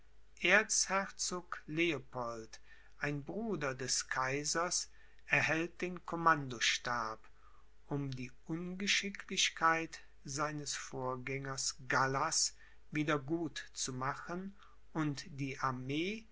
erzherzog leopold ein bruder des kaisers erhält den commandostab um die ungeschicklichkeit seines vorgängers gallas wieder gut zu machen und die armee